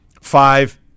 five